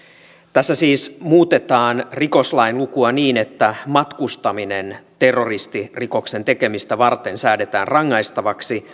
tässä siis muutetaan rikoslain lukua niin että matkustaminen terroristirikoksen tekemistä varten säädetään rangaistavaksi